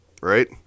Right